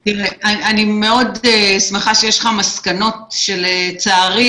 זה לא רק שמתוכן נמצאו נכונות 694, אלא 694